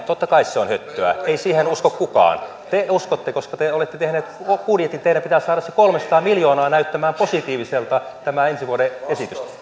totta kai on höttöä ei siihen usko kukaan te uskotte koska te olette tehneet budjetin ja teidän pitää saada se kolmesataa miljoonaa näyttämään positiiviselta tämä ensi vuoden esitys